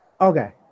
Okay